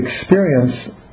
experience